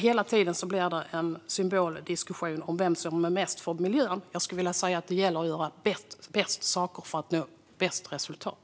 Hela tiden blir det därför en symboldiskussion om vem som gör mest för miljön. Jag skulle vilja säga att det gäller att göra bäst saker för att nå bäst resultat.